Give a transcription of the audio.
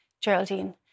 Geraldine